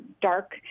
dark